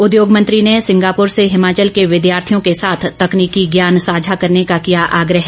उद्योग मंत्री ने सिंगापुर से हिमाचल के विद्यार्थियों के साथ तकनीकी ज्ञान साझा करने का किया आग्रह